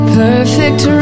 perfect